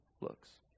looks